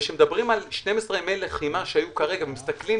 וכשמדברים על 12 ימים לחימה שהיו כרגע ומסתכלים